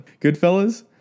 Goodfellas